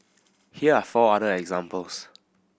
here are four other examples